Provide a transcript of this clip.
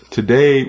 Today